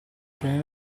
piene